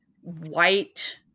white